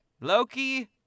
Loki